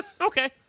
Okay